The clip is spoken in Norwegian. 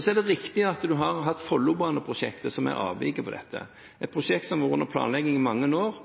Så er det riktig at vi har hatt Follobane-prosjektet som avviker fra dette – et prosjekt som har vært under planlegging i mange år.